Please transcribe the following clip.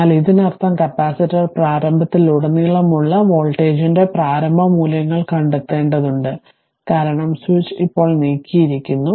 എന്നാൽ ഇതിനർത്ഥം കപ്പാസിറ്റർ പ്രാരംഭത്തിലുടനീളമുള്ള കോൾ വോൾട്ടേജിന്റെ പ്രാരംഭ മൂല്യങ്ങൾ കണ്ടെത്തേണ്ടതുണ്ട് കാരണം സ്വിച്ച് ഇപ്പോൾ നീക്കിയിരിക്കുന്നു